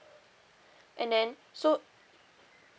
and then so